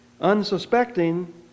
unsuspecting